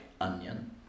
onion